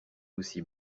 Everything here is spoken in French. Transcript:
aussi